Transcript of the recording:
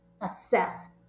assess